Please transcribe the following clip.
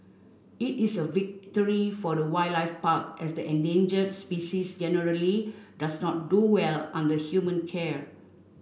it is a victory for the wildlife park as the endangered species generally does not do well under human care